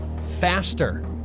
faster